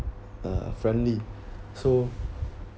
uh friendly so